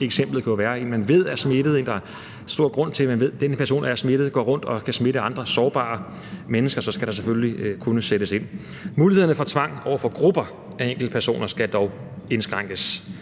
eksempel kunne være, at en person, man ved er smittet, eller som man har stor grund til at antage er smittet, går rundt og kan smitte sårbare mennesker, og så skal der selvfølgelig kunne sættes ind. Mulighederne for tvang over for grupper af enkeltpersoner skal dog indskrænkes.